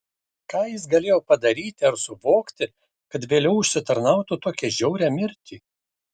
ką jis galėjo padaryti ar suvokti kad vėliau užsitarnautų tokią žiaurią mirtį